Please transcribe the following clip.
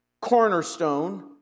cornerstone